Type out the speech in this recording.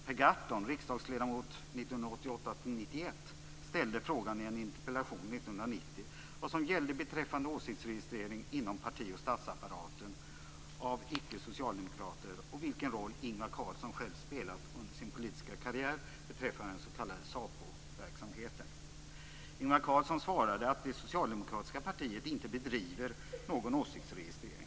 Per Gahrton, riksdagsledamot 1988-1991, ställde frågan i en interpellation år 1990 vad som gällde beträffande åsiktsregistrering inom parti och statsapparaten av icke-socialdemokrater och vilken roll Ingvar Carlsson själv spelat i sin politiska karriär beträffande den s.k. SAPO-verksamheten. Ingvar Carlsson svarade att det socialdemokratiska partiet inte bedriver någon åsiktsregistrering.